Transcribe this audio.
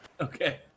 Okay